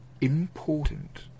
important